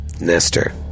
Nester